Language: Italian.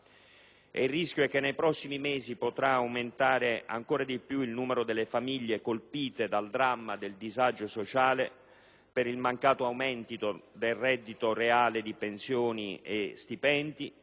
Il rischio è che nei prossimi mesi potrà aumentare ancora di più il numero delle famiglie colpite dal dramma del disagio sociale per il mancato aumento del reddito reale di pensioni e stipendi,